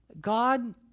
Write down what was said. God